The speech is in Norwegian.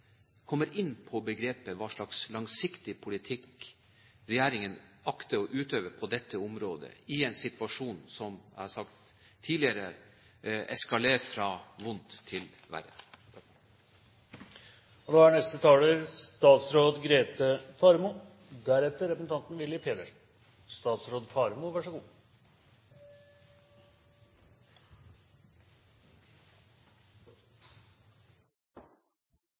kommer inn på hva slags «langsiktig politikk» regjeringen akter å utøve på dette området, i en situasjon som, som jeg har sagt tidligere, eskalerer fra vondt til verre. Norske og internasjonale sjøfolk opplever en daglig redsel for piratvirksomhet i Adenbukta. Situasjonen rammer internasjonal handel og er